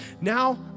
Now